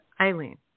Eileen